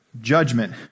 judgment